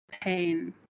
pain